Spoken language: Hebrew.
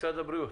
משרד הבריאות.